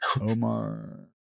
Omar